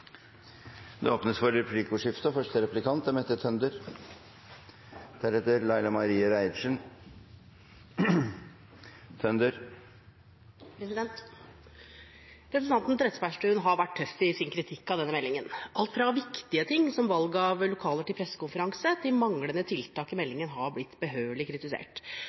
likestillingspolitikk. Det blir replikkordskifte. Representanten Trettebergstuen har vært tøff i sin kritikk av denne meldingen. Alt fra viktige ting som valg av lokaler til pressekonferanse til mangel på tiltak i meldingen har blitt behørig kritisert.